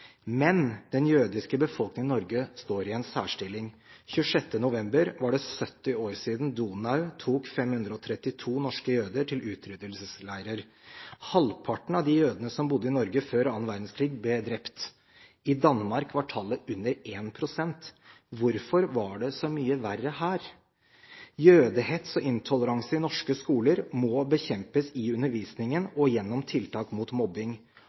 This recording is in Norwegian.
men den jødiske befolkningen i Norge står i en særstilling. Den 26. november var det 70 år siden «Donau» tok 532 norske jøder til utryddelsesleire. Halvparten av de jødene som bodde i Norge før annen verdenskrig, ble drept. I Danmark var tallet under 1 pst. Hvorfor var det så mye verre her? Jødehets og intoleranse i norske skoler må bekjempes i undervisningen og gjennom tiltak mot mobbing.